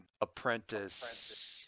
apprentice –